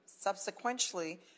subsequently